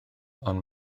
ond